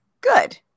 Good